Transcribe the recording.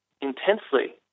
intensely